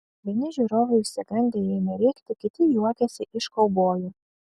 vieni žiūrovai išsigandę ėmė rėkti kiti juokėsi iš kaubojų